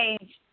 change